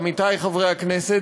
עמיתי חברי הכנסת,